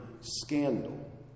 scandal